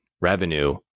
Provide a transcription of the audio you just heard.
revenue